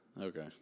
Okay